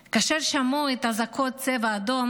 כאשר שמעו את אזעקות צבע אדום,